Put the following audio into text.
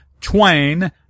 twain